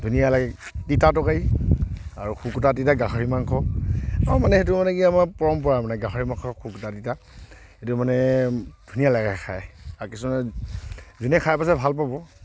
ধুনীয়া লাগে তিতা তৰকাৰী আৰু শুকুতা তিতা গাহৰি মাংস আৰু মানে সেইটো মানে কি আমাৰ পৰম্পৰা আৰু মানে গাহৰি মাংস শুকুতা তিতা এইটো মানে ধুনীয়া লাগে খাই আৰু কিছুমানে যোনে খাই পাইছে ভাল পাব